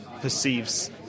perceives